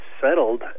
settled